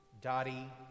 Dottie